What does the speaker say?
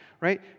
right